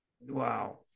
Wow